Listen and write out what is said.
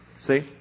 See